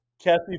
Kathy